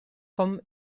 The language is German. vom